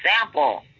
example